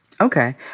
Okay